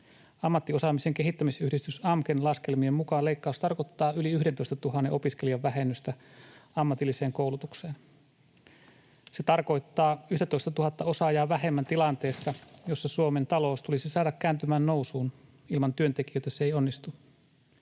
Ammattiosaamisen kehittämisyhdistys AMKEn laskelmien mukaan leikkaus tarkoittaa yli 11 000 opiskelijan vähennystä ammatilliseen koulutukseen. Se tarkoittaa 11 000 osaajaa vähemmän tilanteessa, jossa Suomen talous tulisi saada kääntymään nousuun. Ilman työntekijöitä se ei onnistu.